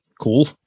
Cool